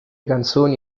canzoni